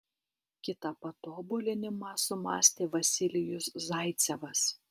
kitą patobulinimą sumąstė vasilijus zaicevas